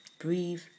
breathe